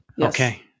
Okay